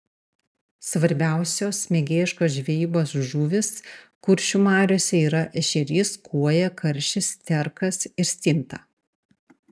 svarbiausios mėgėjiškos žvejybos žuvys kuršių mariose yra ešerys kuoja karšis sterkas ir stinta